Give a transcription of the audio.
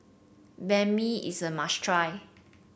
Banh Mi is a must try